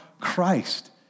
Christ